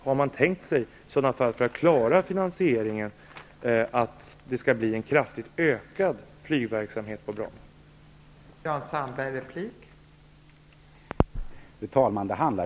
Har man tänkt sig att det skall bli en kraftigt ökad flygverksamhet på Bromma, för att klara finansieringen?